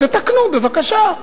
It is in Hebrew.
תתקנו, בבקשה.